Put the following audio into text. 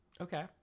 Okay